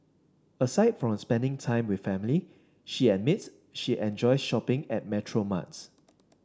aside from spending time with family she admits she enjoy shopping at petrol marts